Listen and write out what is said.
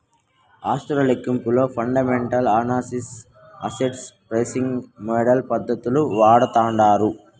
ఆస్తుల లెక్కింపులో fundamental analysis, asset pricing model పద్దతులు వాడతాండారు